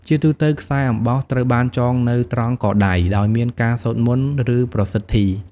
ជាទូទៅ ខ្សែអំបោះត្រូវបានចងនៅត្រង់ កដៃ ដោយមានការសូត្រមន្ត ឬប្រសិទ្ធី។